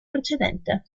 precedente